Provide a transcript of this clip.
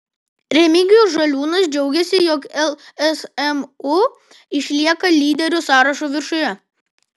remigijus žaliūnas džiaugėsi jog lsmu išlieka lyderių sąrašo viršuje